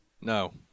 No